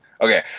Okay